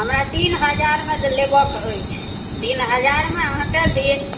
हमरा तीन हजारमे लेबऽ के अछि तीन हजार मे अहाँ देब